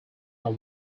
are